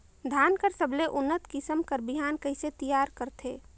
धान कर सबले उन्नत किसम कर बिहान कइसे तियार करथे?